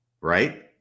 right